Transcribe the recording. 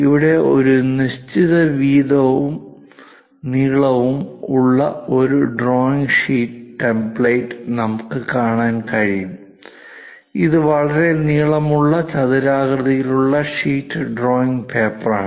ഇവിടെ ഒരു നിശ്ചിത വീതിയും നീളവും ഉള്ള ഒരു ഡ്രോയിംഗ് ഷീറ്റ് ടെംപ്ലേറ്റ് നമുക്ക് കാണാൻ കഴിയും ഇത് വളരെ നീളമുള്ള ചതുരാകൃതിയിലുള്ള ഷീറ്റ് ഡ്രോയിംഗ് പേപ്പറാണ്